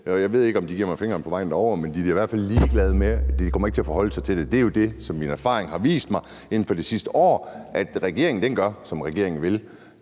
Jeg ved ikke, om de giver mig fingeren på vej derover, men de er da i hvert fald ligeglade med det, og de kommer ikke til at forholde sig til det. Det, som min erfaring har vist mig inden for det seneste år, er jo, at regeringen gør, som den vil,